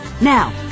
Now